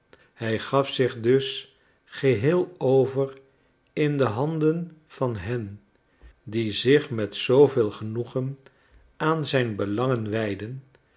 hij gaf zich dus geheel over in de handen van hen die zich met zooveel genoegen aan zijn belangen wijdden